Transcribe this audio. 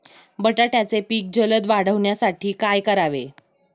बटाट्याचे पीक जलद वाढवण्यासाठी काय करावे?